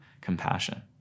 compassion